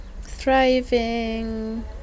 thriving